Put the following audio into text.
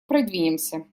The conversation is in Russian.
продвинемся